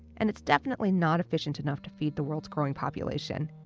and it's definitely not efficient enough to feed the world's growing population.